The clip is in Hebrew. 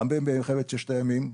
גם במלחמת ששת הימים,